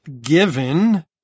given